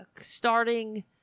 starting